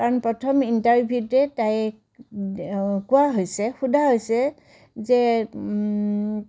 কাৰণ প্ৰথম ইণ্টাৰ্ভিউতে তাই কোৱা হৈছে সোধা হৈছে যে